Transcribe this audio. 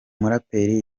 muraperi